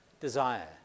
desire